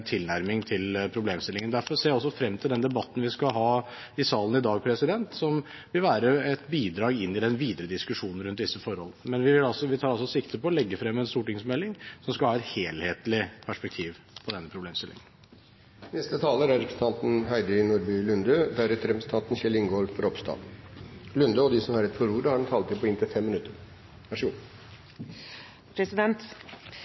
tilnærming til problemstillingen. Derfor ser jeg også fram til debatten vi skal ha i salen i dag, som vil være et bidrag inn i den videre diskusjonen rundt disse forhold. Men vi tar altså sikte på å legge fram en stortingsmelding som skal ha et helhetlig perspektiv på denne problemstillingen. I møte med sexarbeidere og prostituerte er det mange historier som gjør inntrykk. Det er særlig én historie som jeg synes oppsummerer resultatet av sexkjøpsloven best. Det var en